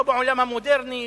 לא בעולם המודרני,